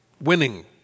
winning